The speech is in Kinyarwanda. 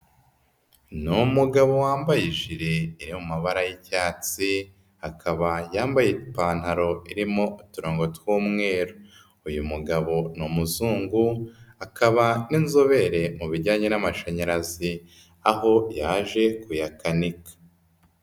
Ni umugabo wambaye ijire iri mu mabara y'icyatsi, akaba yambaye ipantaro irimo uturango tw'umweru, uyu mugabo ni umuzungu, akaba n'inzobere mu bijyanye n'amashanyarazi aho yaje kuyakanika.